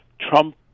Trump